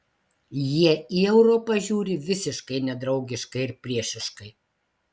jie į europą žiūri visiškai nedraugiškai ir priešiškai